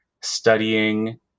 studying